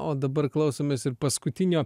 o dabar klausomės ir paskutinio